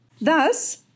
Thus